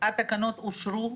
התקנות אושרו.